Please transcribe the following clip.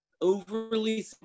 overly